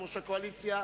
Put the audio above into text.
יושב-ראש הקואליציה,